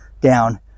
down